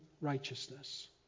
righteousness